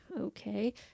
okay